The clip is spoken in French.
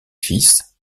fils